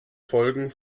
folgen